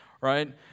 right